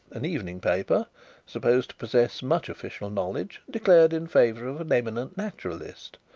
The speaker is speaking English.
an evening paper supposed to possess much official knowledge, declared in favour of an eminent naturalist,